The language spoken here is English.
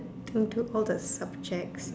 think too all the subjects